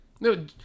No